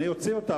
אני אוציא אותה.